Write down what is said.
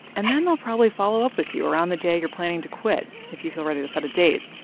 and then they'll probably follow up with you around the day you're planning to quit if you feel ready to set a date.